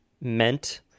meant